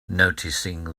noticing